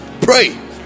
Pray